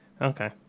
Okay